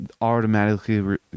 automatically